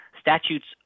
Statutes